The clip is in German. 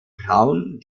braun